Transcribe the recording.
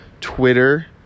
Twitter